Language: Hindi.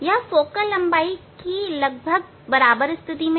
यह फोकल लंबाई की लगभग स्थितिहै